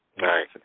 right